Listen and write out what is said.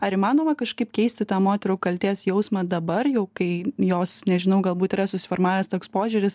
ar įmanoma kažkaip keisti tą moterų kaltės jausmą dabar jau kai jos nežinau galbūt yra susiformavęs toks požiūris